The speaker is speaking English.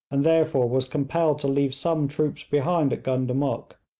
and therefore was compelled to leave some troops behind at gundamuk,